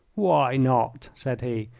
why not? said he.